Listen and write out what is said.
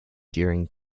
during